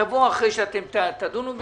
תבוא אחרי שתדונו בזה.